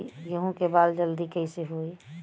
गेहूँ के बाल जल्दी कईसे होई?